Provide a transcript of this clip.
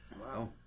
Wow